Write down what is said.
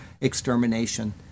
extermination